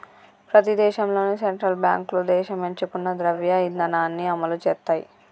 ప్రతి దేశంలోనూ సెంట్రల్ బ్యాంకులు దేశం ఎంచుకున్న ద్రవ్య ఇధానాన్ని అమలు చేత్తయ్